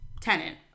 Tenant